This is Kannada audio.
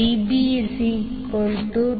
236